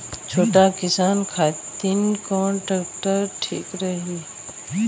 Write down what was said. छोट किसान खातिर कवन ट्रेक्टर ठीक होई?